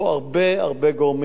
שנמצאים פה,